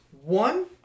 One